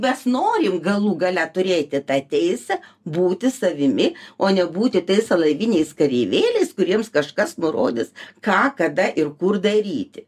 mes norim galų gale turėti tą teisę būti savimi o nebūti tais alaviniais kareivėliais kuriems kažkas nurodys ką kada ir kur daryti